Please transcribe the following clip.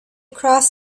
crossed